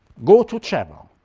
go to travel,